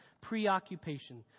preoccupation